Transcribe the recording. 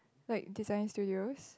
like design studios